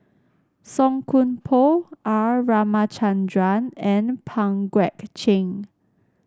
Song Koon Poh R Ramachandran and Pang Guek Cheng